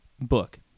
book